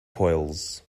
coils